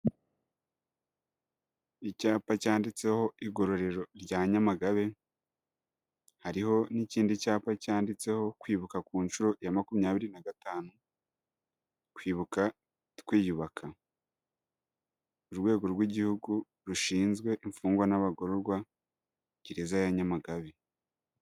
Icyapa cyanditseho igororero rya Nyamagabe, hariho n'ikindi cyapa cyanditseho kwibuka ku nshuro ya makumyabiri na gatanu, kwibuka twiyubaka. Urwego rw'igihugu rushinzwe imfungwa n'abagororwa, gereza ya Nyamagabe.